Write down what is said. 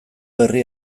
herri